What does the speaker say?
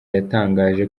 yatangaje